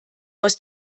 aus